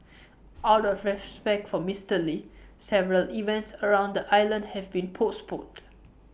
out of respect for Mister lee several events around the island have been postponed